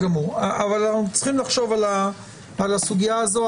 אנחנו צריכים לחשוב על הסוגיה הזאת.